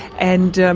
and,